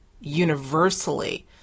universally